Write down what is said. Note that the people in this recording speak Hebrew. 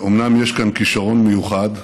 אומנם יש כאן כישרון מיוחד,